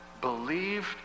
believed